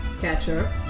catcher